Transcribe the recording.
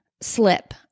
slip